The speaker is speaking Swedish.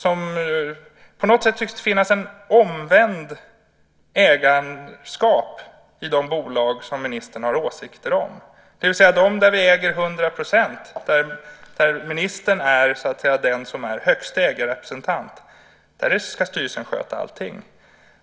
På något sätt tycks det finnas ett omvänt ägarskap i de bolag som ministern har åsikter om. I dem där man äger 100 %, där ministern så att säga är högsta ägarrepresentant, ska styrelsen sköta allting.